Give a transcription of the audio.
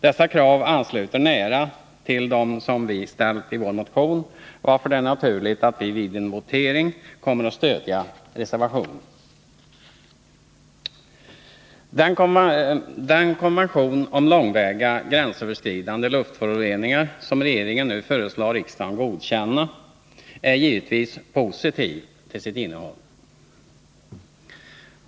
Dessa krav ansluter nära till dem som vi ställt i vår motion, varför det är naturligt att vi vid en votering kommer att stödja reservationen. Den konvention om långväga gränsöverskridande luftföroreningar som regeringen nu föreslår riksdagen att godkänna är givetvis positiv till sitt innehåll.